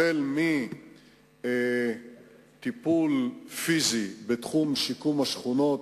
החל מטיפול פיזי בתחום שיקום השכונות,